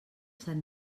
sant